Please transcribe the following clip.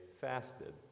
fasted